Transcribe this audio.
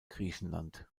griechenland